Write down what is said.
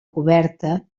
coberta